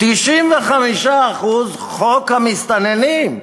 95% חוק המסתננים.